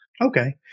okay